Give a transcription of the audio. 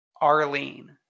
Arlene